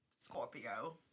Scorpio